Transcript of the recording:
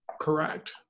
correct